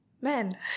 Men